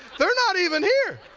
they're not even here.